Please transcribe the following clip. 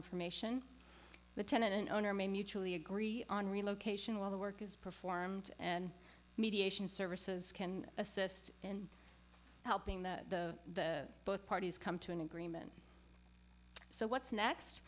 information the tenant owner may mutually agree on relocation while the work is performed and mediation services can assist in helping the both parties come to an agreement so what's next